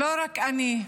לא רק אני,